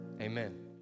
Amen